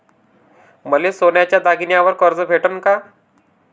मले सोन्याच्या दागिन्यावर कर्ज भेटन का?